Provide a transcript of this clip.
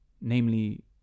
Namely